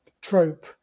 trope